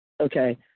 okay